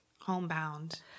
homebound